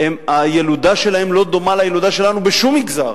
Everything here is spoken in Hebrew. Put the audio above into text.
הילודה שלהם לא דומה לילודה שלנו בשום מגזר.